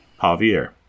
Javier